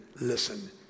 listen